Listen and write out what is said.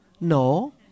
No